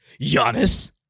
Giannis